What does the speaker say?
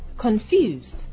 confused